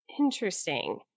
Interesting